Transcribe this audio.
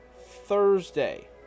Thursday